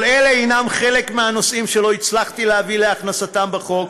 אלה הם חלק מהנושאים שלא הצלחתי להביא להכנסתם בחוק,